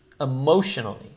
emotionally